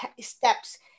steps